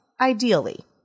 Ideally